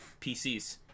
PCs